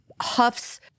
huffs